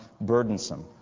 burdensome